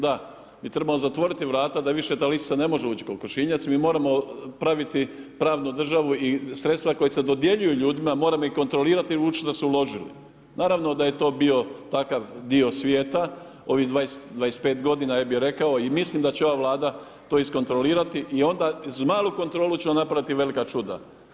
Da i trebamo zatvoriti vrata da više ta lisica ne može ući u kokošinjac, mi moramo praviti pravnu državu i sredstva koja se dodjeljuju ljudima, moramo ih kontrolirati … Naravno da je to bio takav dio svijeta, ovih 25 g. ja bi rekao i mislim da će ova vlada to iskontrolirati i onda iz malu kontrolu ćemo napraviti velika čuda.